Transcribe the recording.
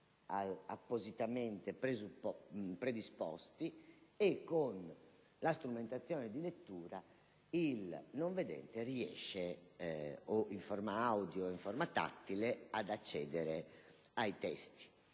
appositamente predisposti perché con la strumentazione di lettura egli riesca, o in forma audio o in forma tattile, ad accedere ai testi.